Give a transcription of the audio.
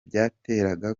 byateraga